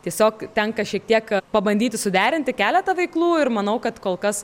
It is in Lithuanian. tiesiog tenka šiek tiek pabandyti suderinti keletą veiklų ir manau kad kol kas